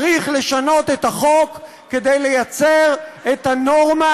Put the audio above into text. צריך לשנות את החוק כדי לייצר את הנורמה,